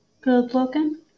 Good-looking